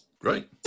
great